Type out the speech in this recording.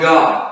God